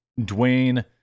Dwayne